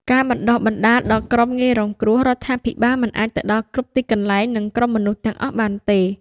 ការបណ្តុះបណ្តាលដល់ក្រុមងាយរងគ្រោះ រដ្ឋាភិបាលមិនអាចទៅដល់គ្រប់ទីកន្លែង និងក្រុមមនុស្សទាំងអស់បានទេ។